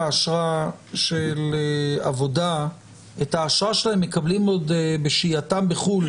האשרה שלהם הם מקבלים עוד בשהייתם בחו"ל,